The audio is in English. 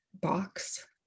box